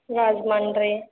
Rajahmundry